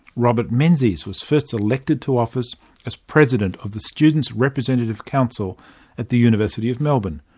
robert menzies was first elected to office as president of the students' representative council at the university of melbourne.